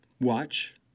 watch